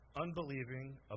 unbelieving